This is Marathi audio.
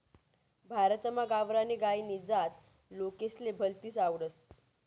भारतमा गावरानी गायनी जात लोकेसले भलतीस आवडस